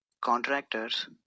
contractors